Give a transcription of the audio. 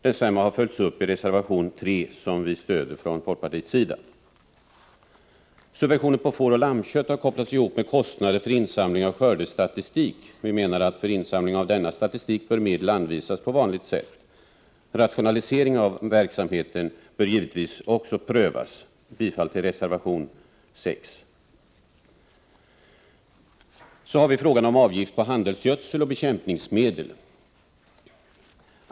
Den har följts upp i reservation 3, som vi stöder från folkpartiets sida. Subventionen på fåroch lammkött har kopplats ihop med kostnader för insamling av skördestatistik. Vi menar att för insamling av denna statistik bör medel anvisas på vanligt sätt. Rationalisering av verksamheten bör givetvis också prövas. Jag yrkar bifall till reservation 6. Så till frågan om avgifter på handelsgödsel och bekämpningsmedel.